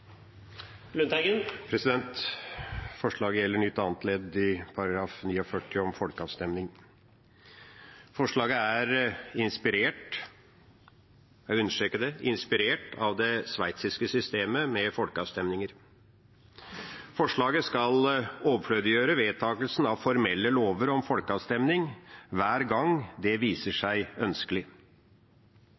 inspirert – jeg understreker det – av det sveitsiske systemet med folkeavstemninger. Forslaget skal overflødiggjøre vedtakelsen av formelle lover gjennom folkeavstemning hver gang det viser seg ønskelig.